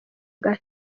bwa